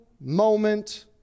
moment